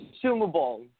consumable